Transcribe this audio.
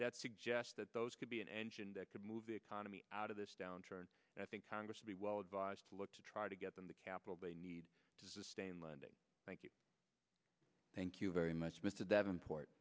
that suggests that those could be an engine that could move the economy out of this downturn and i think congress should be well advised to look to try to get them the capital they need to sustain lending thank you thank you very much mr that import